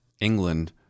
England